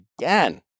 again